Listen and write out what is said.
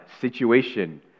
situation